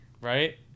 right